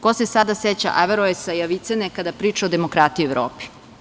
Ko se sada seća Averoesa i Avicene kada priča o demokratiji u Evropi?